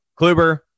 Kluber